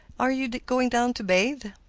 are you going down to bathe?